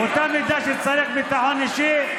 באותה מידה שצריך ביטחון אישי,